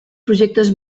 projectes